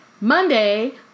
Monday